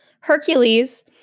Hercules